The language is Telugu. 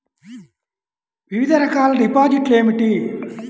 వివిధ రకాల డిపాజిట్లు ఏమిటీ?